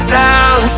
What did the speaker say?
down